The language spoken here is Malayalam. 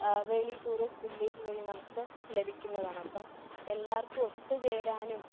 വേളി ടൂറിസ്റ്റ് വില്ലേജ് വഴി നമുക്ക് ലഭിക്കുന്നതാണ് അപ്പം എല്ലാവർക്കും ഒത്തു ചേരാനും